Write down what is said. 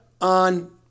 on